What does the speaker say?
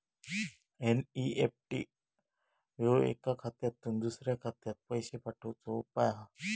NEFT ह्यो एका खात्यातुन दुसऱ्या खात्यात पैशे पाठवुचो उपाय हा